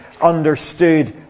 understood